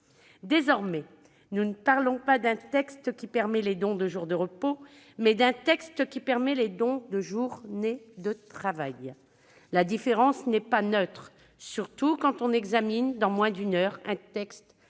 Désormais, nous ne parlons pas d'un texte qui permet les dons de jours de repos, mais d'un texte qui permet les dons de journées de travail. La différence n'est pas neutre, surtout quand on examine dans moins d'une heure un texte